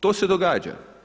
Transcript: To se događa.